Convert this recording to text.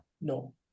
No